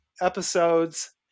episodes